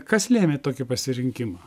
kas lėmė tokį pasirinkimą